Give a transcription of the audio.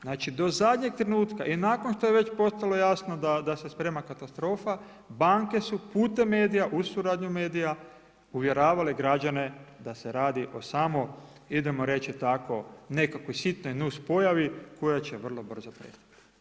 Znači, do zadnjeg trenutka i nakon što je već postalo jasno da se sprema katastrofa, banke su putem medija, uz suradnju medija uvjeravale građane da se radi o samo, idemo reći tako nekakvoj sitnoj nus pojavi koja će vrlo brzo prestati.